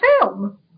film